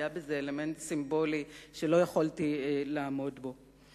היה בזה אלמנט סימבולי שלא יכולתי לעמוד בו.